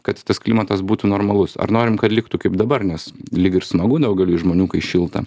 kad tas klimatas būtų normalus ar norim kad liktų kaip dabar nes lyg ir smagu daugeliui žmonių kai šilta